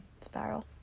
Spiral